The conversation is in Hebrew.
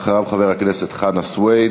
אחריו, חבר הכנסת חנא סוייד,